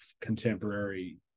contemporary